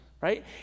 right